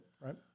right